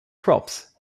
crops